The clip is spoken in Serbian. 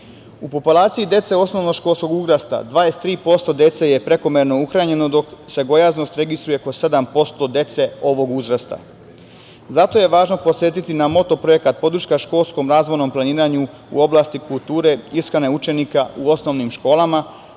populaciji dece osnovnog školskog uzrasta 23% dece je prekomerno uhranjeno, dok se gojaznost registruje kod 7% dece ovog uzrasta. Zato je važno posvetiti pažnju na MOTO projekat "Podrška školskom razvojnom planiranju u oblasti kulture, ishrane učenika u osnovnim školama,